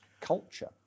culture